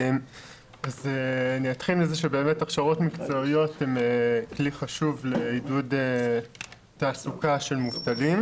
אני אתחיל מזה שהכשרות מקצועיות הן כלי חשוב לעידוד תעסוקה של מובטלים,